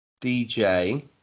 DJ